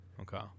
okay